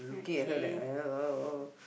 looking at her like